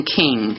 king